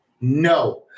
no